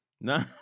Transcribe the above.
No